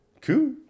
cool